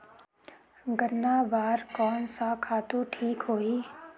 गन्ना बार कोन सा खातु ठीक होही?